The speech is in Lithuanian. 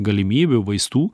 galimybių vaistų